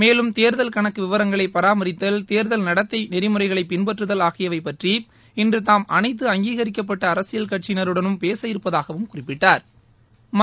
மேலும் தேர்தல் கணக்கு விவரங்களை பராமரித்தல் தேர்தல் நடத்தை நெறிமுறைகளைப் பின்பற்றுதல் ஆகியவை பற்றி இன்று தாம் அனைத்து அங்கீகரிக்கப்பட்ட அரசியல் கட்சியினருடனும் பேச இருப்பதாகவும் குறிப்பிட்டா்